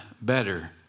better